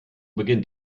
beginnt